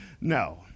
No